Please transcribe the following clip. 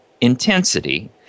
intensity